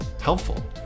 helpful